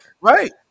Right